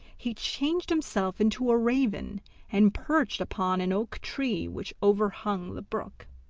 he changed himself into a raven and perched upon an oaktree which overhung the brook.